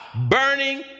burning